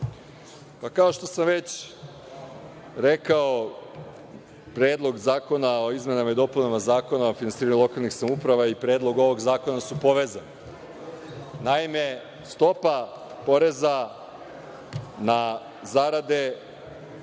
Kao što sam već rekao, Predlog zakona o izmenama i dopunama Zakona o finansiranju lokalnih samouprava i predlog ovog zakona su povezani. Naime, stopa poreza na zarade